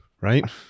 Right